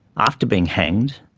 after being hanged,